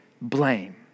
blame